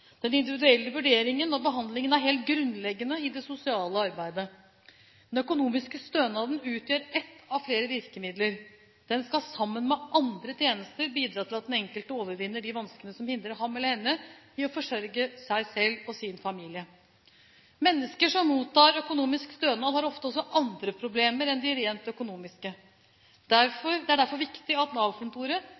Den individuelle vurderingen og behandlingen er helt grunnleggende i det sosiale arbeidet. Den økonomiske stønaden utgjør ett av flere virkemidler. Den skal sammen med andre tjenester bidra til at den enkelte overvinner de vanskene som hindrer ham eller henne i å forsørge seg selv og sin familie. Mennesker som mottar økonomisk stønad, har ofte også andre problemer enn de rent økonomiske. Det er derfor viktig at